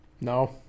No